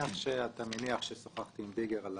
אתה מניח שאתה מניח ששוחחתי עם ביגר על